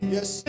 Yes